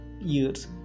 years